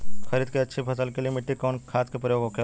खरीद के अच्छी फसल के लिए मिट्टी में कवन खाद के प्रयोग होखेला?